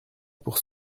pour